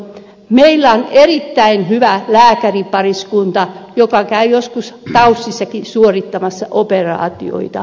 meillä on erittäin hyvä lääkäripariskunta joka käy joskus taysissakin suorittamassa operaatioita